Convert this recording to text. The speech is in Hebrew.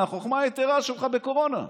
מהחוכמה היתרה שלך בקורונה.